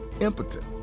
impotent